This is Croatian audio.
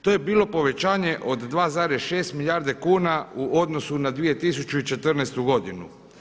To je bilo povećanje od 2,6 milijarde kuna u odnosu na 2014. godinu.